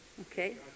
okay